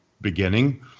beginning